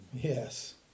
Yes